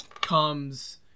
comes